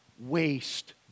waste